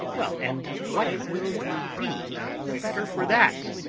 well, and what will you be the better for that?